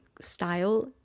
style